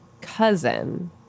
cousin